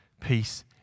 Peace